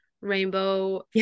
rainbow